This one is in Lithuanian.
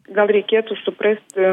gal reikėtų suprasti